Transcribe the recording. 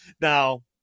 Now